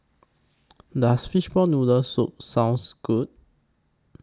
Does Fishball Noodle Soup sounds Good